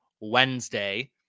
Wednesday